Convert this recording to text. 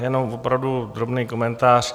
Jenom opravdu drobný komentář.